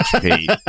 Pete